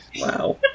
Wow